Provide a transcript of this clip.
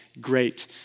great